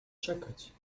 czekać